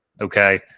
okay